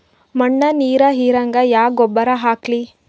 ಮಣ್ಣ ನೀರ ಹೀರಂಗ ಯಾ ಗೊಬ್ಬರ ಹಾಕ್ಲಿ?